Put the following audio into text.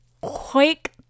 quick